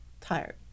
tired